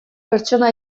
pertsona